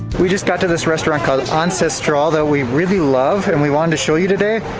we just got to this restaurant called ancestral, that we really love, and we wanted to show you today,